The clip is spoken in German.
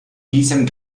diesem